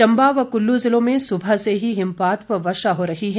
चंबा व कुल्लू जिलों में सुबह से ही हिमपात व वर्षा हो रही है